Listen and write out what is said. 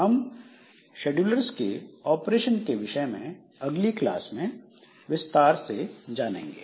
हम शेड्यूलर्स के ऑपरेशन के विषय में अगली क्लास में विस्तार से जानेंगे